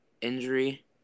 Injury